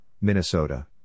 Minnesota